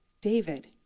David